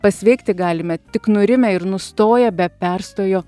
pasveikti galime tik nurimę ir nustoję be perstojo